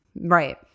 Right